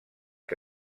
que